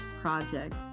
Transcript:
project